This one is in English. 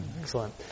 Excellent